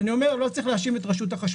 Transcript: אני חוזר ואומר, לא צריך להאשים את רשות החשמל.